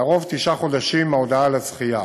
לרוב, תשעה חודשים מההודעה על הזכייה.